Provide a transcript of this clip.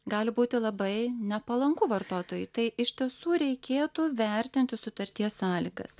gali būti labai nepalanku vartotojui tai iš tiesų reikėtų vertinti sutarties sąlygas